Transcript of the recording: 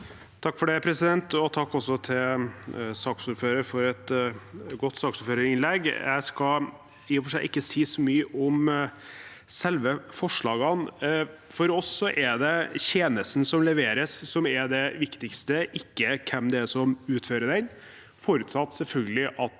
(FrP) Takk til saksord- føreren for et godt saksordførerinnlegg. Jeg skal i og for seg ikke si så mye om selve forslagene. For oss er det tjenesten som leveres, som er det viktigste, ikke hvem som utfører den, forutsatt selvfølgelig at